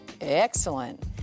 Excellent